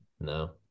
No